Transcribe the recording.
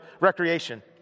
recreation